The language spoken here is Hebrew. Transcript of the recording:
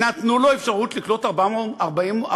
נתנו לו אפשרות לקלוט 400 עובדים.